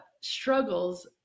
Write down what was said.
struggles